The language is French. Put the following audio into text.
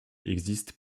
existent